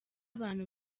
abantu